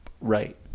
Right